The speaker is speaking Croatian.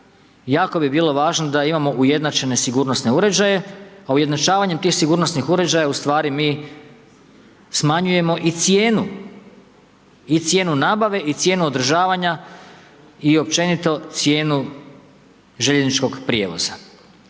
jako bi bilo važno da imamo ujednačene sigurnosne uređaje, a ujednačavanjem tih sigurnosnih uređaja u stvari mi smanjujemo i cijenu, i cijenu nabave i cijenu održavanja i općenito cijenu željezničkog prijevoza.